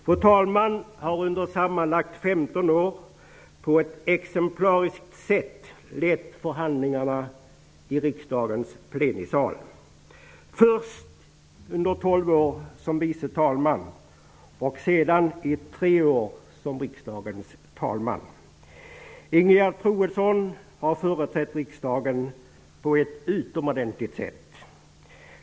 Fru talmannen har under sammanlagt 15 år på ett exemplariskt sätt lett förhandlingarna i riksdagens plenisal -- först under 12 år som vice talman, och sedan i tre år som riksdagens talman. Ingegerd Troedsson har företrätt riksdagen på ett utomordentligt sätt.